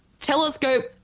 telescope